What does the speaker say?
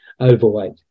overweight